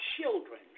children